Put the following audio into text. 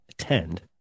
Attend